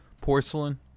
porcelain